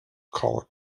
colony